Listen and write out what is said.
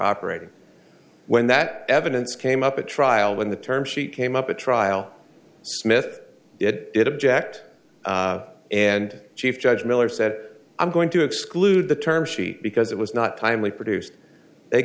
operating when that evidence came up at trial when the term sheet came up at trial smith did it object and chief judge miller said i'm going to exclude the term sheet because it was not timely produced they